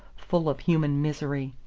full of human misery.